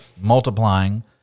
multiplying